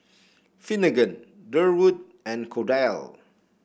Finnegan Durwood and Cordell